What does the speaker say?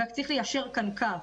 רק צריך ליישר כאן קו.